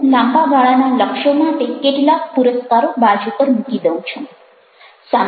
હું લાંબાગાળાના લક્ષ્યો માટે કેટલાક પુરસ્કારો બાજુ પર મૂકી દઊં છું